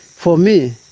for me,